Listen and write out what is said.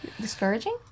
Discouraging